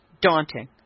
daunting